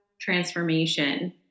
transformation